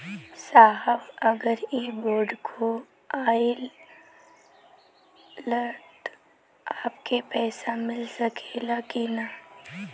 साहब अगर इ बोडखो गईलतऽ हमके पैसा मिल सकेला की ना?